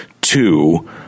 two